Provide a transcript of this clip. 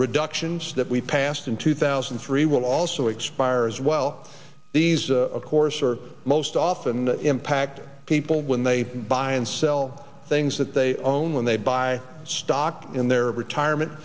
reductions that we passed in two thousand and three will also expire as well these of course are most often impacting people when they they buy and sell things that they own when they buy stock in their retirement